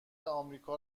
آمریکا